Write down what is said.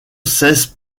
cesse